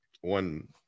one